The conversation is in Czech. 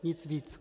Nic víc.